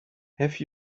have